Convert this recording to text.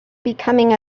becoming